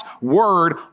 word